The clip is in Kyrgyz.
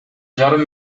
жарым